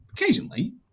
Occasionally